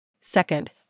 Second